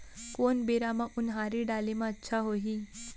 कोन बेरा म उनहारी डाले म अच्छा होही?